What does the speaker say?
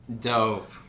dope